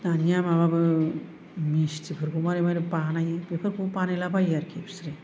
दानिया माबाबो मिसथिफोरखौ मारै मारै बानायो बेफोरखौबो बानायला बायो आरोखि फिस्रो